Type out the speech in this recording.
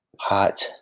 hot